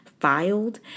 filed